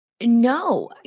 No